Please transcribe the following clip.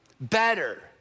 better